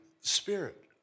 spirit